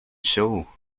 sew